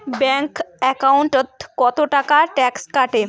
Bank একাউন্টত কতো টাকা ট্যাক্স কাটে?